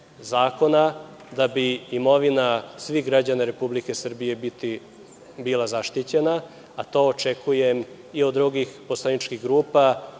da bi imovina svih građana Republike Srbije bila zaštićena, a to očekujem i od drugih poslaničkih grupa.